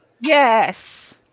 Yes